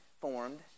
formed